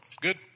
good